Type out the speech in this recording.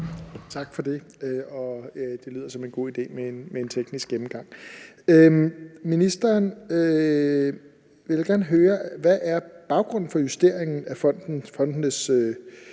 Tak for det. Det lyder som en god idé med en teknisk gennemgang. Jeg vil gerne høre, hvad baggrunden for justeringen af fondenes